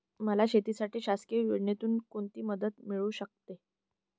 मला शेतीसाठी शासकीय योजनेतून कोणतीमदत मिळू शकते?